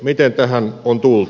miten tähän on tultu